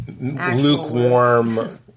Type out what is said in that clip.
lukewarm